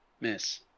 miss